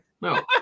No